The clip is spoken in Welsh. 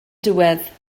diwedd